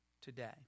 today